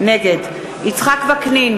נגד יצחק וקנין,